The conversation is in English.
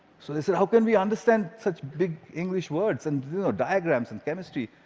so they said, how can we understand such big english words and diagrams and chemistry?